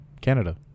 Canada